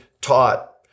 taught